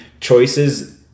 choices